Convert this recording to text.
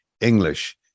English